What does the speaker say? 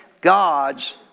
God's